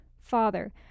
Father